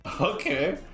Okay